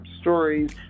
stories